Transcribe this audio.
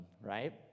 right